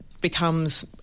becomes